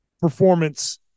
performance